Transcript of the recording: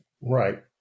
Right